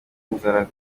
inzara